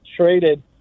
traded